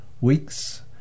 weeks